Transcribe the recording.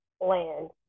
land